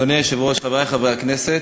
אדוני היושב-ראש, חברי חברי הכנסת,